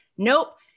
Nope